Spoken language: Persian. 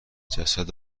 جسد